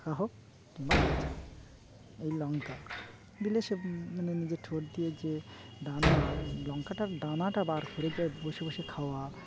পাকা হোক কিংবা কাঁচা এই লঙ্কা দিলে সে মানে নিজে ঠোঁট দিয়ে যে ডানা লঙ্কাটার ডানাটা বার করে যায় বসে বসে খাওয়া